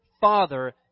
father